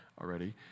already